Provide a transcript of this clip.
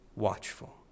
Watchful